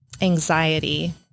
anxiety